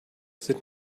sind